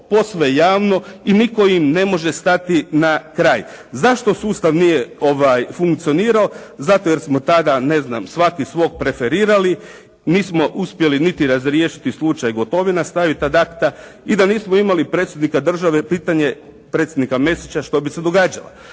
posve jasno i nitko im ne može stati na kraj. Zašto sustav nije funkcionirao? Zato jer smo tada, ne znam, svaki svog preferirali. Nismo uspjeli niti razriješiti slučaj Gotovina staviti ad acta. I da nismo imali Predsjednika države pitanje, predsjednika Mesića što bi se događalo?